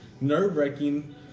nerve-wracking